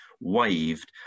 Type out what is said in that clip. waved